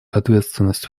ответственность